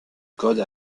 code